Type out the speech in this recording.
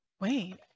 wait